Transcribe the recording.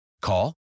Call